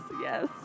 yes